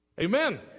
Amen